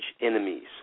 enemies